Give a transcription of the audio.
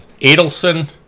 Adelson